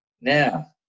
Now